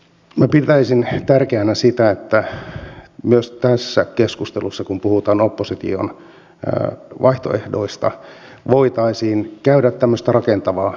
minä pitäisin tärkeänä sitä että myös tässä keskustelussa kun puhutaan opposition vaihtoehdoista voitaisiin käydä tämmöistä rakentavaa keskustelua